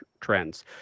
trends